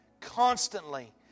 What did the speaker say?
constantly